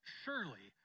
surely